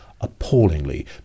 appallingly